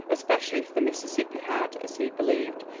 especially if the mississippi had, as he believed,